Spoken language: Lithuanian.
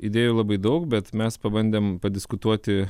idėjų labai daug bet mes pabandėm padiskutuoti